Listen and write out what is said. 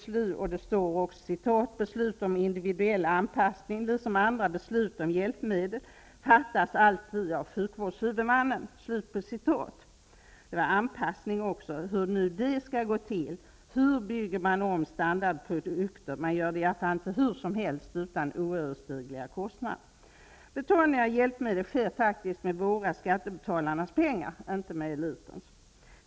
Statsrådet sade i svaret: ''Belsut om individuell anpassning liksom andra beslut om hjälpmedel fattas alltid av sjukvårdshuvudmännen.'' Hur skall t.ex. denna anpassning gå till? Hur bygger man om standardprodukter? Man gör det i alla fall inte hur som helst utan oöverstigliga kostnader. Betalning av hjälpmedel sker faktiskt med skattebetalarnas pengar och inte med elitens.